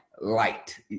light